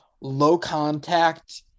low-contact